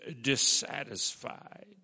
dissatisfied